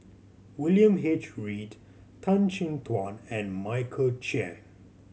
William H Read Tan Chin Tuan and Michael Chiang